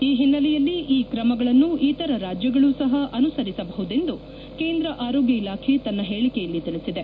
ಈ ಒನ್ನೆಲೆಯಲ್ಲಿ ಈ ಕ್ರಮಗಳನ್ನು ಇತರ ರಾಜ್ಯಗಳೂ ಸಹ ಅನುಸರಿಸಬಹುದೆಂದು ಕೇಂದ್ರ ಆರೋಗ್ಯ ಇಲಾಖೆ ತನ್ನ ಹೇಳಿಕೆಯಲ್ಲಿ ತಿಳಿಸಿದೆ